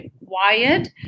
required